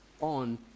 on